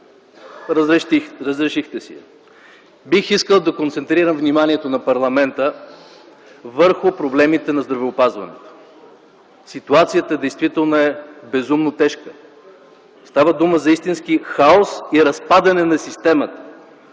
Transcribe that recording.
Разрешихте си я. Бих искал да концентрирам вниманието на парламента върху проблемите на здравеопазването. Ситуацията действително е безумно тежка. Става дума за истински хаос и разпадане на системата